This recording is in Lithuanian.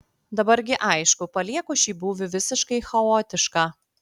dabar gi aišku palieku šį būvį visiškai chaotišką